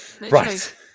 Right